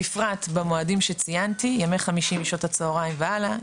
בפרט במועדים שציינתי ימי חמישי משעות הצהריים והלאה,